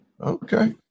Okay